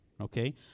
okay